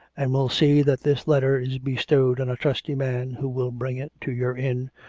and will see that this letter is bestowed on a trusty man who will bring it to your inn,